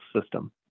system